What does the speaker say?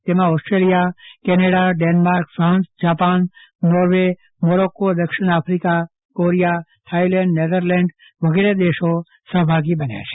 તેમાં Australia Canada Denmark France Japan Norway Morocco દક્ષિણ Africa Korea Thailand Netherlands વગેરે દેશો સહભાગી બન્યા છે